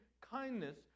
kindness